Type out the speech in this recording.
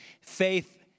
Faith